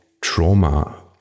trauma